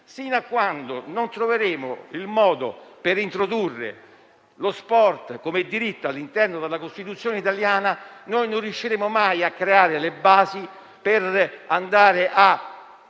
Sino a quando non troveremo il modo per introdurre lo sport come diritto all'interno della Costituzione italiana, non riusciremo mai a creare le basi per andare a